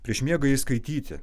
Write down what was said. prieš miegą jai skaityti